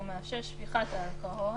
הוא מאפשר שפיכת אלכוהול.